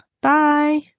Bye